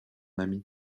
ami